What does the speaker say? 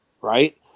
right